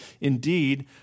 indeed